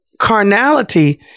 carnality